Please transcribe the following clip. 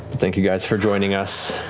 thank you guys for joining us